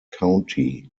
county